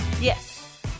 Yes